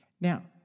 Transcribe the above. Now